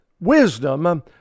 wisdom